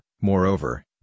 moreover